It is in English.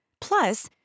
Plus